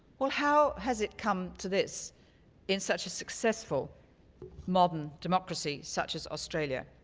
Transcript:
well how has it come to this in such a successful modern democracy such as australia?